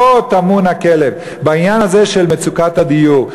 פה טמון הכלב, בעניין הזה של מצוקת הדיור.